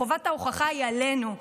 חובת ההוכחה היא עלינו,